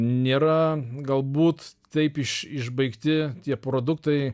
nėra galbūt taip iš išbaigti tie produktai